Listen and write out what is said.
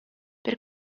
per